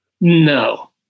No